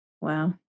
Wow